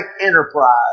enterprise